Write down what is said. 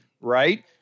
right